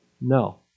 No